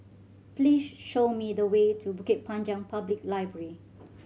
please show me the way to Bukit Panjang Public Library